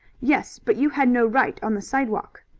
yes, but you had no right on the sidewalk.